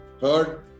Third